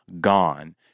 gone